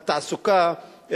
התעסוקה,